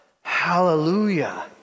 Hallelujah